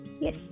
yes